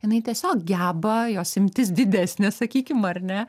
jinai tiesiog geba jos imtis didesnė sakykim ar ne